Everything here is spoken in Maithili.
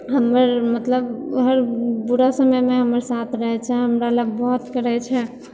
हमर मतलब हर बुरा समयमे हमर साथ रहै छै हमरा लए बहुत करै छै